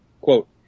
Quote